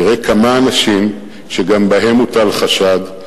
תראה כמה אנשים שגם בהם מוטל חשד,